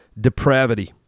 depravity